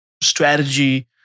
strategy